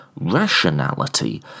rationality